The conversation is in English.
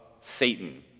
Satan